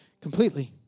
completely